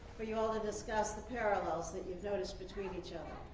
for you all to discuss the parallels that you've noticed between each other.